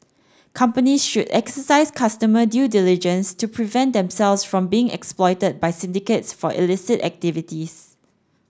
companies should exercise customer due diligence to prevent themselves from being exploited by syndicates for illicit activities